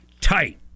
tight